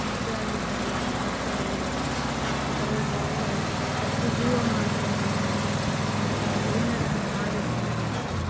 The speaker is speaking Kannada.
ಮುದ್ದಾಗಿದ್ದಾವೆ ಎರಡು ಮಕ್ಕಳುಗಳು ಅವು ಪಾಪ ಎಷ್ಟು ಜೀವ ಮಾಡ್ತವ ನನಗೆ ನಾನು ಅವ್ರ್ಗೆ ಏನಾರ ಒಂದು ಮಾಡಬೇಕು ಅನ್ನೋ ಆಸೆ